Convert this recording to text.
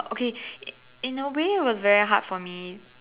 okay in a way it was very hard for me